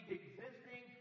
existing